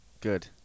good